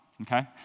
Okay